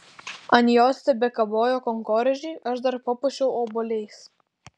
ant jos tebekabojo kankorėžiai aš dar papuošiau obuoliais